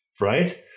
right